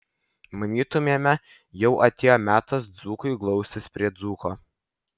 manytumėme jau atėjo metas dzūkui glaustis prie dzūko